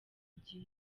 gihe